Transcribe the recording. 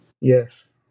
Yes